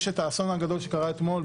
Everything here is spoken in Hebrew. יש את האסון הגדול שקרה אתמול,